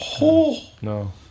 No